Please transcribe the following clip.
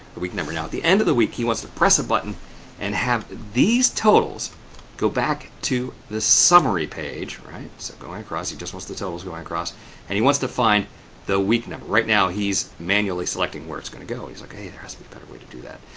the week number. now, at the end of the week, he wants to press a button and have these totals go back to the summary page, right? so, going across he just wants the totals going across and he wants to find the week number. right now, he's manually selecting where it's going to go. he's like, hey, there has to be a better way to do that.